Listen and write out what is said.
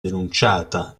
denunciata